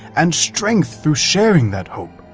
and strength through sharing that hope.